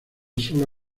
sola